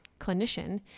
clinician